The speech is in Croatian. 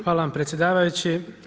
Hvala vam predsjedavajući.